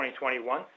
2021